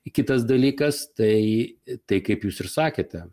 kitas dalykas tai tai kaip jūs ir sakėte